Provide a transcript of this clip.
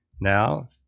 Now